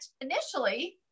initially